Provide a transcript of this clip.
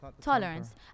tolerance